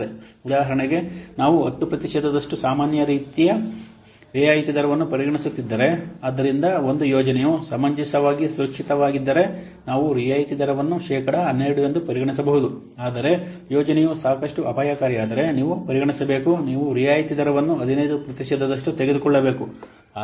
ಉದಾಹರಣೆಗೆ ನಾವು 10 ಪ್ರತಿಶತದಷ್ಟು ಸಾಮಾನ್ಯ ರಿಯಾಯಿತಿ ದರವನ್ನು ಪರಿಗಣಿಸುತ್ತಿದ್ದರೆ ಆದ್ದರಿಂದ ಒಂದು ಯೋಜನೆಯು ಸಮಂಜಸವಾಗಿ ಸುರಕ್ಷಿತವಾಗಿದ್ದರೆ ನಾವು ರಿಯಾಯಿತಿ ದರವನ್ನು ಶೇಕಡಾ 12 ಎಂದು ಪರಿಗಣಿಸಬಹುದು ಆದರೆ ಯೋಜನೆಯು ಸಾಕಷ್ಟು ಅಪಾಯಕಾರಿಯಾದರೆ ನೀವು ಪರಿಗಣಿಸಬೇಕು ನೀವು ರಿಯಾಯಿತಿ ದರವನ್ನು 15 ಪ್ರತಿಶತದಷ್ಟು ತೆಗೆದುಕೊಳ್ಳಬೇಕು